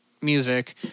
music